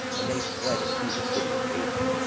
and they fled into the city of david.